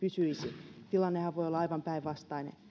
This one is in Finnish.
pysyisi tilannehan voi olla aivan päinvastainen